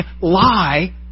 lie